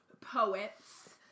poets